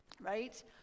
right